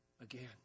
again